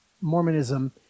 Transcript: Mormonism